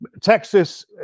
Texas